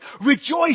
rejoice